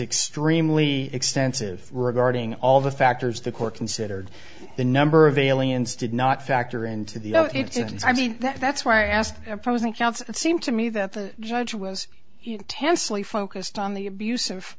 extremely extensive regarding all the factors the court considered the number of aliens did not factor into the i mean that's why i asked opposing counsel seem to me that the judge was intensely focused on the abus